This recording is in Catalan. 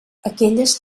aquelles